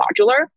modular